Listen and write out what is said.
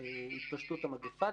התפרצות המגפה,